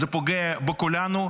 זה פוגע בכולנו.